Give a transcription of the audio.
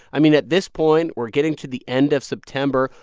i mean, at this point, we're getting to the end of september.